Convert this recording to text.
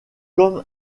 comme